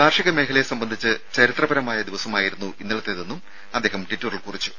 കാർഷിക മേഖലയെ സംബന്ധിച്ച് ചരിത്രപരമായ ദിവസമായിരുന്നു ഇന്നലത്തേതെന്നും അദ്ദേഹം ട്വിറ്ററിൽ കുറിച്ചു